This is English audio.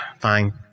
Fine